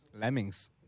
Lemmings